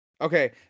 Okay